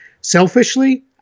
selfishly